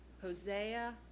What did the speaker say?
Hosea